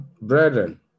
brethren